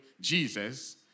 Jesus